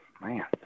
Man